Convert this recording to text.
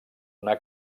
una